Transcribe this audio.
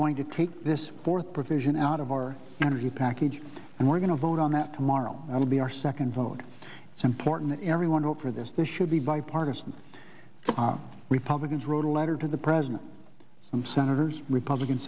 going to take this fourth provision out of our energy package and we're going to vote on that tomorrow i will be our second vote it's important that everyone not for this this should be bipartisan republicans wrote a letter to the president and senators republican